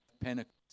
Pentecost